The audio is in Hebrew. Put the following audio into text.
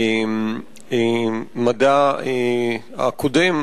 המדע הקודם,